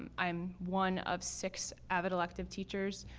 i'm one of six avid-elective teachers,